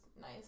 nice